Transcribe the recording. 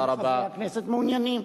אם חברי הכנסת מעוניינים.